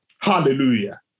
Hallelujah